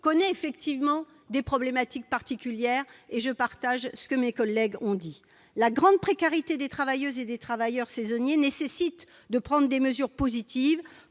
connaît effectivement des problèmes particuliers. Je souscris à ce que mes collègues ont dit à son sujet : la grande précarité des travailleuses et des travailleurs saisonniers nécessite de prendre des mesures positives,